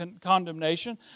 condemnation